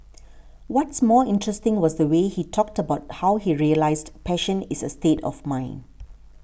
what's more interesting was the way he talked about how he realised passion is a state of mind